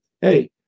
hey